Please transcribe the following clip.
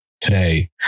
today